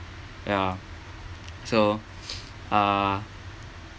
ya so uh